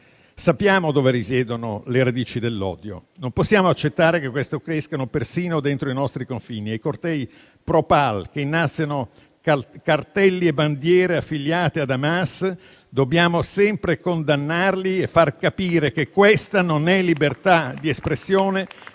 Sappiamo dove risiedono le radici dell'odio e non possiamo accettare che queste crescano persino dentro i nostri confini. E i cortei proPal che innalzano cartelli e bandiere affiliate ad Hamas dobbiamo sempre condannarli e far capire che questa non è libertà di espressione,